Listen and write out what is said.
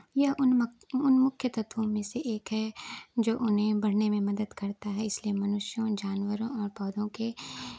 यह उनमक उन मुख्य तत्वों में से एक है जो उन्हें बढ़ने में मदद करता है इसलिए मनुष्यों जानवरों और पौधों के